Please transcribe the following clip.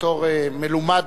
בתור מלומד,